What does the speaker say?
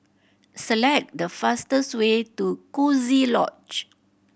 select the fastest way to Coziee Lodge